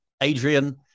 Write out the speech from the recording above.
Adrian